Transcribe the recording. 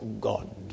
God